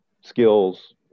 skills